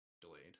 delayed